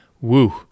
Woo